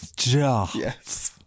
Yes